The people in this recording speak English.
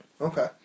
Okay